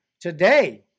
today